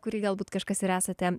kurį galbūt kažkas ir esate